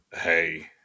Hey